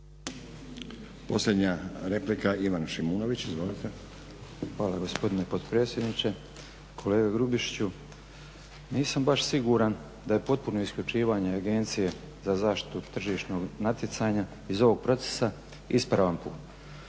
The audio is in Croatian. Posljednja replika Ivan Šimunović. Izvolite. **Šimunović, Ivan (HSP AS)** Hvala gospodine potpredsjedniče. Kolega Grubišiću nisam baš siguran da je potpuno isključivanje Agencije za zaštitu tržišnog natjecanja iz ovog procesa ispravan put.